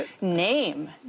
name